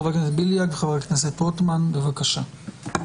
בליאק, בבקשה.